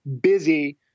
busy